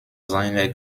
seiner